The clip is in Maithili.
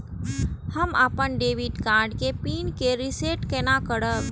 हम अपन डेबिट कार्ड के पिन के रीसेट केना करब?